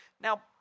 Now